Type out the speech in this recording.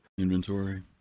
Inventory